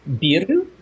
beer